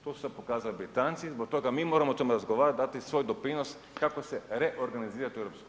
To su sada pokazali Britanci i zbog toga mi moramo o tome razgovarati i dati svoj doprinos kako se reorganizirati u EU.